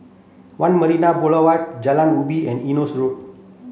One Marina Boulevard Jalan Ubi and Eunos Road